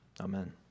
Amen